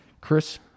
Chris